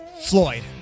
Floyd